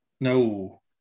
No